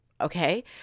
okay